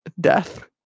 Death